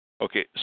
Okay